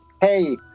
hey